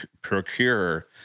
procure